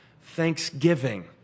thanksgiving